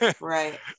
Right